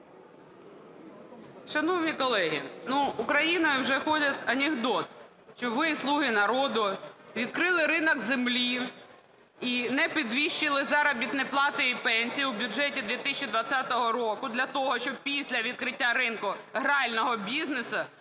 Шановні колеги, ну, Україною вже ходить анекдот, що ви, "слуги народу", відкрили ринок землі і не підвищили заробітні плати і пенсії в бюджеті 2020 року для того, щоб після відкриття ринку грального бізнесу